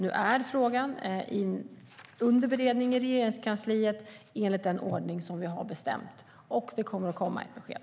Nu är frågan under beredning i Regeringskansliet enligt den ordning som vi har bestämt, och det kommer att komma ett besked.